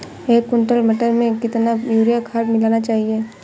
एक कुंटल मटर में कितना यूरिया खाद मिलाना चाहिए?